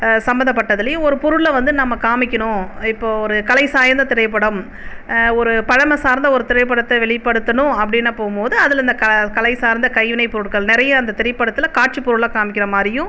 சம்மந்தப்பட்டதுலேயும் ஒரு பொருள வந்து நம்ம காமிக்கணும் இப்போ ஒரு கலை சாய்ந்த திரைப்படம் ஒரு பழமை சார்ந்த ஒரு திரைப்படத்தை வெளிப்படுத்தணும் அப்படின்னு போகுமோது அதில் இந்த க கலை சார்ந்த கைவினை பொருள்கள் நிறைய அந்த திரைப்படத்தில் காட்சி பொருளாக காமிக்கிற மாதிரியும்